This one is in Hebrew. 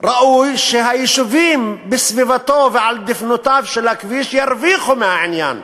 ראוי שהיישובים בסביבתו ועל דופנותיו של הכביש ירוויחו מהעניין.